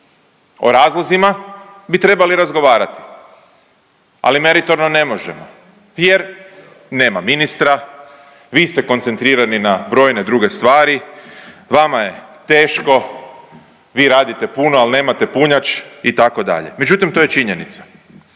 O razlozima bi trebali razgovarati, ali meritorno ne možemo jer nema ministra, vi ste koncentrirani na brojne druge stvari, vama je teško, vi radite puno, al nemate punjač itd., međutim to je činjenica.